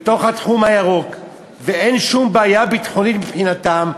תחום הקו הירוק, ואין שום בעיה ביטחונית מבחינתם,